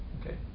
Okay